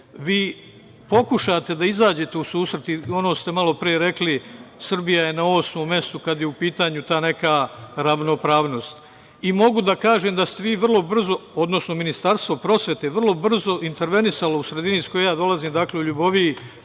pokušate da izađete u susret. Ono ste malopre rekli Srbija je na osmom mestu kada je u pitanju ta neka ravnopravnost. Mogu da kažem da ste vi vrlo brzo, odnosno Ministarstvo prosvete vrlo brzo intervenisalo u sredini iz koje ja dolazim, dakle u Ljuboviji